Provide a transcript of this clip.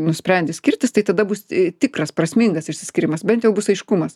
nusprendi skirtis tai tada bus tikras prasmingas išsiskyrimas bent jau bus aiškumas